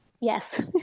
Yes